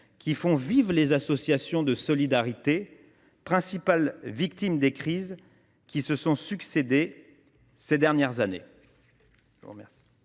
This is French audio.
qui font vivre les associations de solidarité, principales victimes des crises qui se sont succédé ces dernières années.